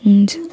हुन्छ